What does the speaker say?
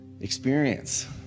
experience